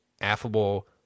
affable